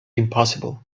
impossible